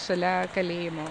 šalia kalėjimo